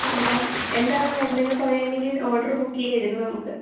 എന്താണ് വേണ്ടതെന്ന് പറയുമായിരുന്നെങ്കിൽ ഓർഡർ ബുക്ക് ചെയ്യാമായിരുന്നു നമുക്ക്